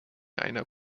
einer